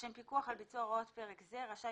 לשם פיקוח על ביצוע הוראות פרק זה רשאי